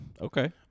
Okay